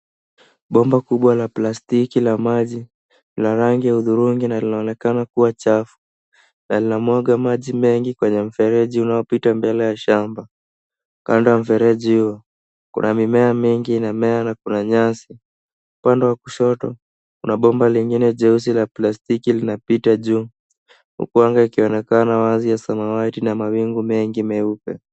Bomba kubwa la plastiki la maji la rangi ya hudhurungi na linaonekana kuwa chafu na linamwaga maji mengi kwenye mfereji unaopita mbele ya shamba. Kando ya mfereji huo kuna mimea mengi inamea na kuna nyasi. Upande wa kushoto kuna bomba lingine la plastiki linapita juu huku anga ikionekana la samawati na mawingu megi meupe.